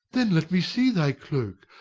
then let me see thy cloak.